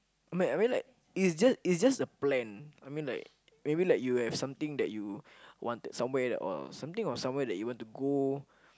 I mean I mean like it's just it's just a plan I mean like maybe like you have something that you wanted somewhere or something or somewhere you wanted to go